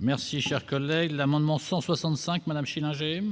Merci, cher collègue, l'amendement 165 Madame Schillinger.